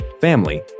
family